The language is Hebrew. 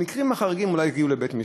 המקרים החריגים אולי יגיעו לבית-המשפט.